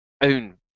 own